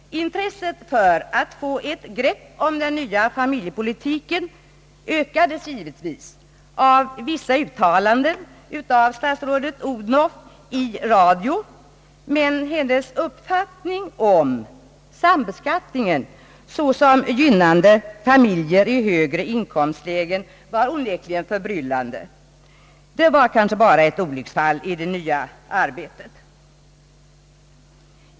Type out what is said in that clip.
Intresset för statsrådets grepp om den nya familjepolitiken ökades givetvis av vissa uttalanden från statsrådet Odhnoff i radio, där hennes uppfattning om sambeskattningen såsom gynnande familjer i högre inkomstlägen onekligen verkade förbryllande. Men det var kanske bara ett olycksfall i det nya arbetet.